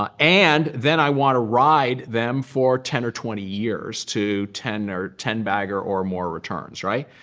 um and then i want to ride them for ten or twenty years to ten or ten bagger or more returns, right?